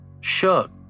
Shook